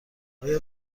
آیا